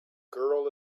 girl